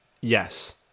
Yes